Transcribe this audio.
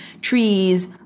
trees